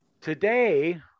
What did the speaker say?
today